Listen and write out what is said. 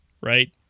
right